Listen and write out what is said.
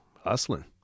hustling